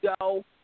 go